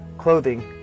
clothing